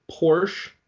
Porsche